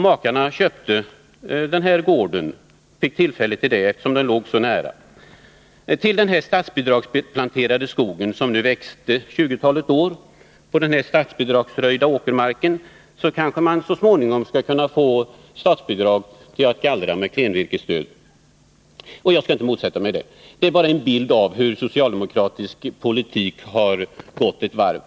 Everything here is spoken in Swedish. Makarna fick tillfälle att köpa denna gård, eftersom den låg så nära. Till ägarna av den statsbidragsplanterade skogen, som nu växt tjugotalet år på den statsbidragsröjda åkermarken, skall det kanske snart utgå statligt klenvirkesstöd för gallring. Jag skall inte motsätta mig det, men detta är en bild av hur socialdemokratisk politik har gått ett varv.